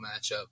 matchup